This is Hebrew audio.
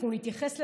אנחנו נתייחס לזה,